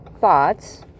thoughts